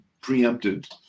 preempted